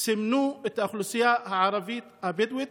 סימנו את האוכלוסייה הערבית הבדואית.